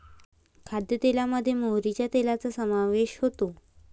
खाद्यतेलामध्ये मोहरीच्या तेलाचा समावेश होतो